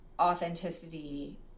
authenticity